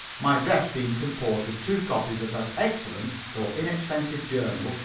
my dress being composed of two copies of that excellent, though inexpensive journal,